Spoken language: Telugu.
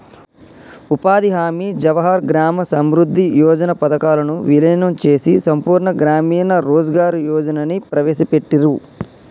ఉపాధి హామీ, జవహర్ గ్రామ సమృద్ధి యోజన పథకాలను వీలీనం చేసి సంపూర్ణ గ్రామీణ రోజ్గార్ యోజనని ప్రవేశపెట్టిర్రు